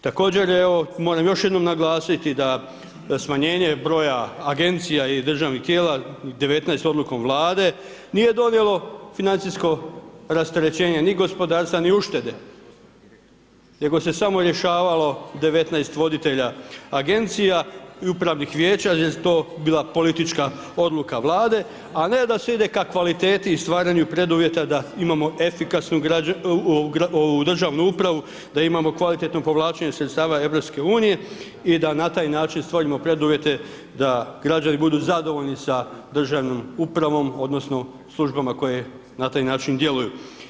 Također, evo moram još jednom naglasiti da smanjenje broja agencija i državnih tijela, 19 odlukom Vlade nije donijelo financijsko rasterećenje ni gospodarstva, ni uštede, nego se samo rješavalo 19 voditelja agencija i upravnih vijeća gdje je to bila politička odluka Vlade, a ne da se ide ka kvaliteti i stvaranju preduvjeta da imamo efikasnu ovu državnu upravu, da imamo kvalitetno povlačenje sredstava EU i da na taj način stvorimo preduvjete da građani budu zadovoljni sa državnom upravom odnosno službama koje na taj način djeluju.